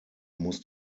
muss